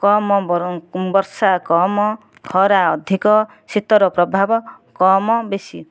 କମ ବରଂ ବର୍ଷା କମ ଖରା ଅଧିକା ଶୀତର ପ୍ରଭାବ କମ ବେଶୀ